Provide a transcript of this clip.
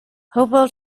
hopewell